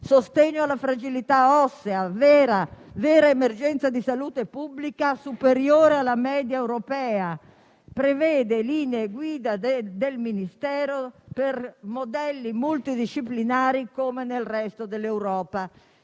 sostenere la fragilità ossea, vera emergenza di salute pubblica, superiore alla media europea; prevedere linee guida del Ministero per modelli multidisciplinari, come nel resto dell'Europa.